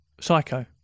Psycho